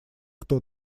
кто